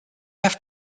have